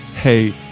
hey